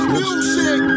music